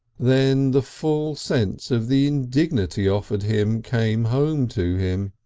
then the full sense of the indignity offered him came home to him.